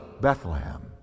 Bethlehem